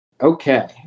Okay